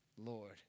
Lord